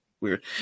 weird